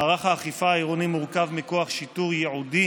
מערך האכיפה העירוני מורכב מכוח שיטור ייעודי